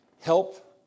help